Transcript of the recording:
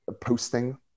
Posting